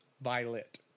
Violet